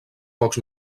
pocs